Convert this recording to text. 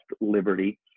Liberty